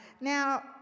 now